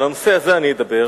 על הנושא הזה אני אדבר,